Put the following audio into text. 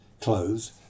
clothes